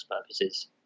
purposes